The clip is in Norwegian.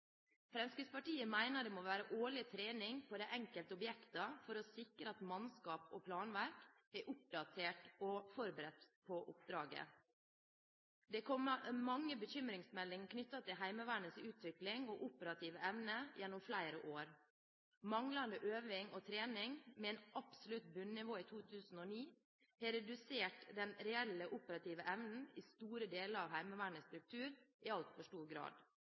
Fremskrittspartiet mener det må være årlig trening på de enkelte objektene for å sikre at mannskap og planverk er oppdaterte og forberedt på oppdraget. Det har gjennom flere år kommet mange bekymringsmeldinger som er knyttet til Heimevernets utvikling og operative evne. Manglende øving og trening, med et absolutt bunnivå i 2009, har redusert den reelle operative evnen i store deler av Heimevernets struktur, i altfor stor grad.